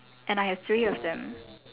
and I have three of them